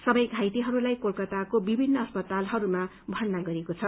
सबै घायतेहरूलाई कोलतकाको विभिन्न अस्पतालरूमा भर्ना गरिएको छ